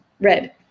red